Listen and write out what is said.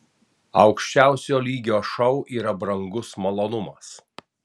aukščiausio lygio šou yra brangus malonumas